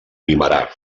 guimerà